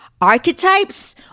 Archetypes